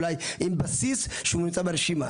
אולי עם בסיס שהוא נמצא ברשימה,